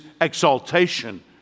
exaltation